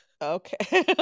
okay